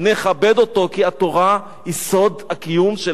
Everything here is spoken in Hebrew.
כי התורה היא סוד הקיום של עם ישראל.